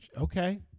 okay